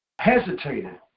hesitated